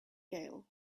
gale